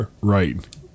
Right